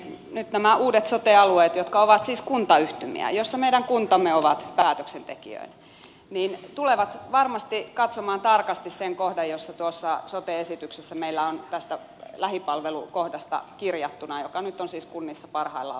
nyt nämä uudet sote alueet jotka ovat siis kuntayhtymiä joissa meidän kuntamme ovat päätöksentekijöinä tulevat varmasti katsomaan tarkasti sen kohdan tuossa sote esityksessä jossa meillä on tästä lähipalvelukohdasta kirjattuna joka nyt on siis kunnissa parhaillaan lausuttavana